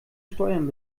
steuern